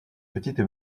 petite